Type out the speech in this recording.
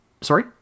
Sorry